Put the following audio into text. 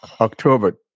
October